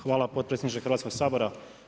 Hvala potpredsjedniče Hrvatskog sabora.